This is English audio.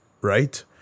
right